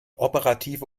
operative